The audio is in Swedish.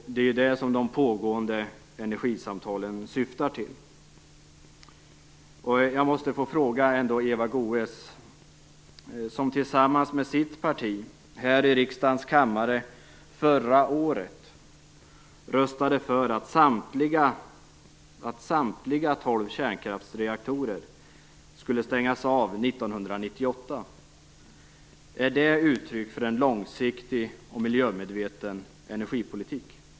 Det är det som de pågående energisamtalen syftar till. Jag måste få ställa en fråga till Eva Goës, som tillsammans med sitt parti här i riksdagens kammare förra året röstade för att samtliga 12 kärnkraftsreaktorer skulle stängas av 1998. Är det uttryck för en långsiktig och miljömedveten energipolitik?